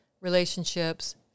relationships